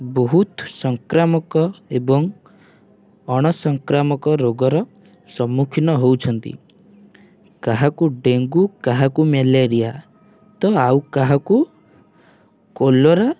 ବହୁତ ସଂକ୍ରାମକ ଏବଂ ଅଣସଂକ୍ରାମକ ରୋଗର ସମ୍ମୁଖୀନ ହେଉଛନ୍ତି କାହାକୁ ଡେଙ୍ଗୁ କାହାକୁ ମ୍ୟାଲେରିଆ ତ ଆଉ କାହାକୁ କୋଲେରା